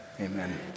amen